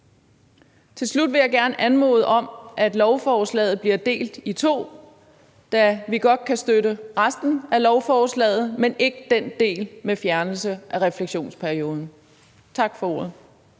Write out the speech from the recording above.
Til slut vil jeg gerne anmode om, at lovforslaget bliver delt i to, da vi godt kan støtte resten af lovforslaget, men ikke den del med fjernelse af refleksionsperioden. Tak for ordet.